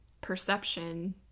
perception